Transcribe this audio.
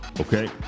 Okay